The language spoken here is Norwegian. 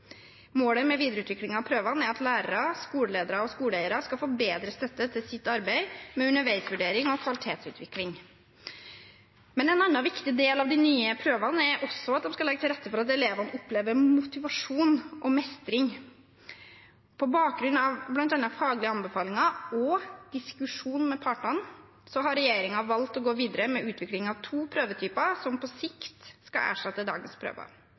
Målet med videreutviklingen av prøvene er at lærere, skoleledere og skoleeiere skal få bedre støtte til sitt arbeid med underveisvurdering og kvalitetsutvikling. En annen viktig del av de nye prøvene er at de skal legge til rette for at elevene opplever motivasjon og mestring. På bakgrunn av bl.a. faglige anbefalinger og diskusjon med partene har regjeringen valgt å gå videre med utvikling av to prøvetyper som på sikt skal erstatte dagens